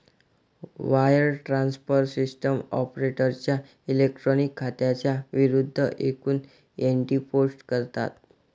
wire transfer system ऑपरेटरच्या electronic खात्यांच्या विरूद्ध एकूण एंट्री पोस्ट करतात